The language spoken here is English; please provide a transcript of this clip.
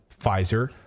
Pfizer